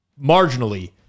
marginally